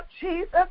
Jesus